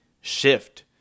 shift